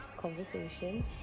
conversation